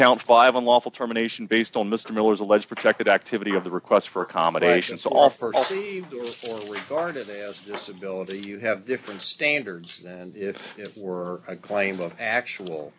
count five unlawful termination based on mr miller's alleged protected activity of the requests for accommodations offered see regard to his disability you have different standards and if you were a claim of actual